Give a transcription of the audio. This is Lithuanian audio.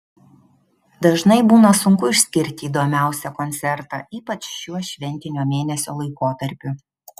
dažnai būna sunku išskirti įdomiausią koncertą ypač šiuo šventinio mėnesio laikotarpiu